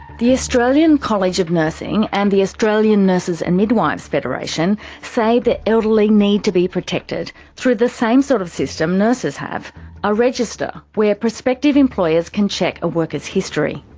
the australian college of nursing and the australian nurses and midwives federation say the elderly need to be protected through the same sort of system nurses have a register where prospective employers can check a worker's history.